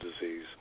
disease